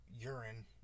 urine